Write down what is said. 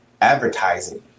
advertising